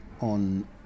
on